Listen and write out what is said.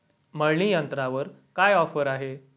मळणी यंत्रावर काय ऑफर आहे?